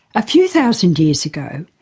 a few thousand years ago,